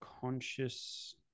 Conscious